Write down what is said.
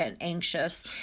anxious